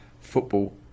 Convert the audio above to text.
football